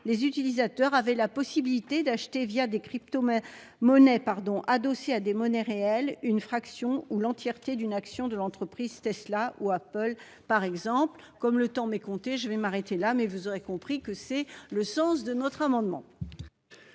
les utilisateurs avaient la possibilité d'acheter via des crypto-monnaies pardon dossier à des monnaies réelle une fraction ou l'entièreté d'une action de l'entreprise Tesla ou Apple, par exemple comme le temps mais compter, je vais m'arrêter là mais vous aurez compris que c'est le sens de notre amendement.